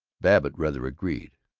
babbitt rather agreed.